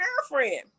girlfriend